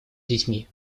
детьми